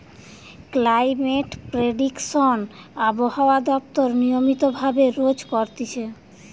climate prediction আবহাওয়া দপ্তর নিয়মিত ভাবে রোজ করতিছে